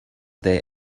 there